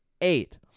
Eight